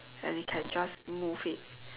and you can just move it